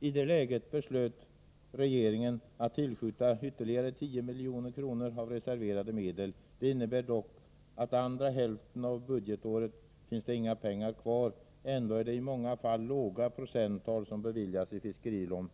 I det läget beslöt regeringen att tillskjuta ytterligare 10 miljoner av reserverade medel. Det innebär dock att andra hälften av budgetåret finns inga pengar kvar. Ändå är det i många fall låga procenttal som beviljas i fiskerilån.